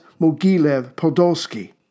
Mogilev-Podolsky